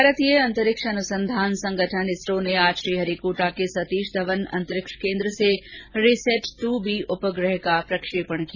भारतीय अंतरिक्ष अनुसंधान संगठन इसरो ने आज श्रीहरिकोटा के सतीश धवन अंतरिक्ष केन्द्र से रिसैट ट्रबी उपग्रह का प्रक्षेपण किया